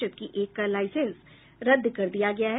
जबकि एक का लाईसेंस रद्द कर दिया गया है